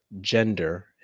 gender